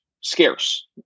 scarce